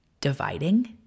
dividing